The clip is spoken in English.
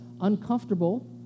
uncomfortable